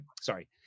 Sorry